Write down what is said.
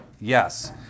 Yes